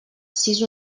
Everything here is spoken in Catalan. sis